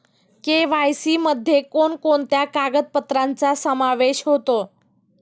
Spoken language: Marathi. के.वाय.सी मध्ये कोणकोणत्या कागदपत्रांचा समावेश होतो?